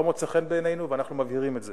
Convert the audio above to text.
לא מוצא חן בעינינו, ואנחנו מבהירים את זה,